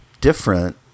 different